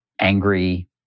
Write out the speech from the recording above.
angry